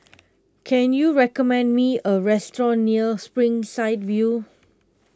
can you recommend me a restaurant near Springside View